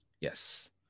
Yes